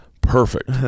perfect